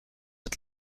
het